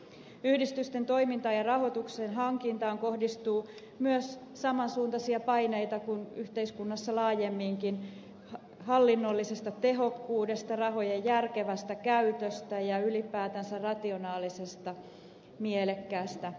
yhdistysten toimintaan ja rahoituksen hankintaan kohdistuu myös samansuuntaisia paineita kuin yhteiskunnassa laajemminkin hallinnollisesta tehokkuudesta rahojen järkevästä käytöstä ja ylipäätänsä rationaalisesta mielekkäästä toiminnasta